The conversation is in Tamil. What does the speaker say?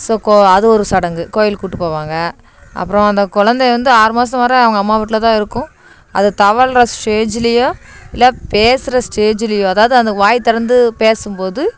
ஸோ கோ அது ஒரு சடங்கு கோவிலுக்கு கூப்பிட்டுப் போவாங்க அப்புறம் அந்த குழந்தை வந்து ஆறு மாதம் வரை அவங்க அம்மா வீட்டில் தான் இருக்கும் அது தவழ்கிற ஸ்டேஜ்லியோ இல்லை பேசுகிற ஸ்டேஜ்லியோ அதாவது அந்த வாய் திறந்து பேசும் போது